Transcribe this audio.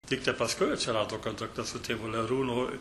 tik paskui atsirado kontaktas su tėvu lerūnu